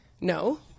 No